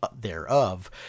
thereof